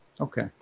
Okay